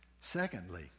Secondly